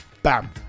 bam